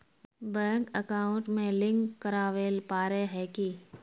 Bank account में link करावेल पारे है की?